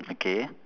okay